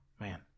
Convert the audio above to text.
Man